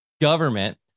government